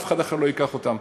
אף אחד אחר לא ייקח אותם.